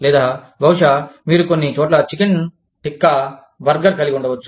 లేదా బహుశా మీరు కొన్ని చోట్ల చికెన్ టిక్కా బర్గర్ కలిగి ఉండవచ్చు